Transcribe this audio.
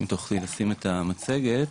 נשים את המצגת.